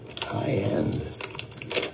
high-end